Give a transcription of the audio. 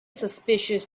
suspicious